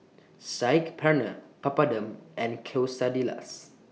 Saag Paneer Papadum and Quesadillas